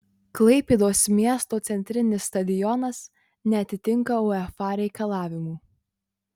klaipėdos miesto centrinis stadionas neatitinka uefa reikalavimų